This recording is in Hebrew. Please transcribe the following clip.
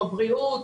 הבריאות,